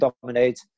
dominate